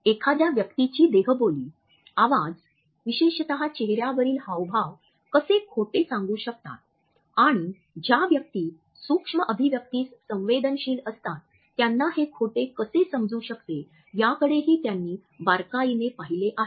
एखाद्या व्यक्तीची देहबोली आवाज विशेषतः चेहऱ्यावरील हावभाव कसे खोटे सांगू शकतात आणि ज्या व्यक्ती सूक्ष्म अभिव्यक्तीस संवेदनशील असतात त्यांना हे खोटे कसे समजू शकते याकडेही त्यांनी बारकाईने पाहिले आहे